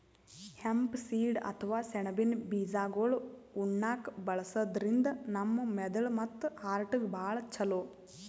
hemp seed ಅಥವಾ ಸೆಣಬಿನ್ ಬೀಜಾಗೋಳ್ ಉಣ್ಣಾಕ್ಕ್ ಬಳಸದ್ರಿನ್ದ ನಮ್ ಮೆದಳ್ ಮತ್ತ್ ಹಾರ್ಟ್ಗಾ ಭಾಳ್ ಛಲೋ